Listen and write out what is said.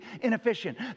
inefficient